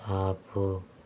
ఆపు